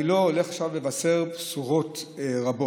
אני לא הולך עכשיו לבשר בשורות רבות,